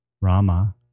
Rama